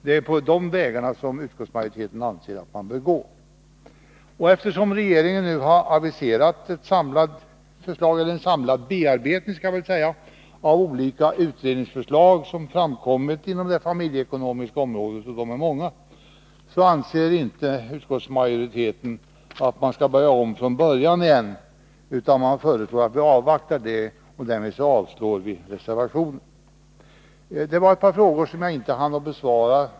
Den vägen anser utskottsmajoriteten att man bör gå. Eftersom regeringen nu har aviserat en samlad bearbetning av de många olika utredningsförslag som har framlagts på det familjeekonomiska området, anser utskottet att man inte skall börja om från början igen utan avvakta denna bearbetning. Därför avstyrker jag reservationen. Det var ett par frågor som jag tidigare inte hann besvara.